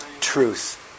Truth